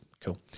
cool